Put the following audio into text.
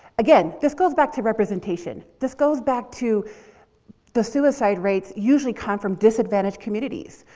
again, this goes back to representation. this goes back to the suicide rates usually come from disadvantaged communities,